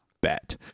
bet